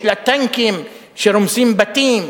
יש לה טנקים שרומסים בתים,